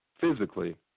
physically